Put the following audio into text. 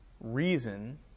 reason